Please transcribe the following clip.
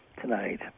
tonight